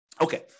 Okay